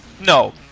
No